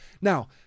now